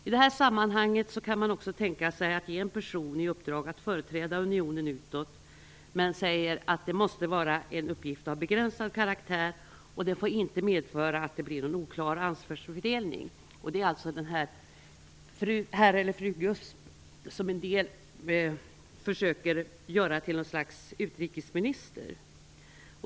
I det här sammanhanget kan man också tänka sig att ge en person i uppdrag att företräda unionen utåt men säger att det måste vara en uppgift av begränsad karaktär och att det inte får medföra att det blir någon oklar ansvarsfördelning. Det är alltså här fråga om den "herr eller fru GUSP" som en del försöker göra till något slags utrikesminister.